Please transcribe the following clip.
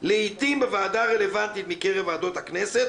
לעיתים בוועדה הרלוונטית מקרב ועדות הכנסת"